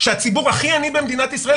של הציבור הכי עני במדינת ישראל,